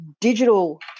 digital